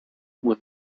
with